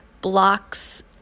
blocks